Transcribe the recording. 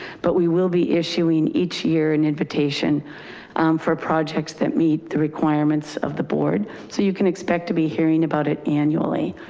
but we will be issuing each year an invitation for projects that meet the requirements of the board. so you can expect to be hearing about it annually.